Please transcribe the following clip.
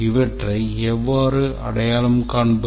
இவற்றை எவ்வாறு அடையாளம் காண்பது